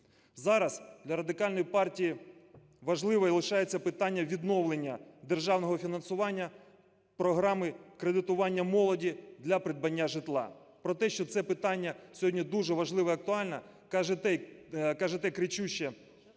Зараз для Радикальної партії важливим лишається питання відновлення державного фінансування програми кредитування молоді для придбання житла. Про те, що це питання сьогодні дуже важливе і актуальне, каже та кричуща